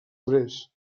obrers